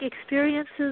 experiences